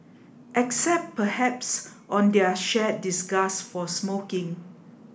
except perhaps on their shared disgust for smoking